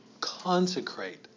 consecrate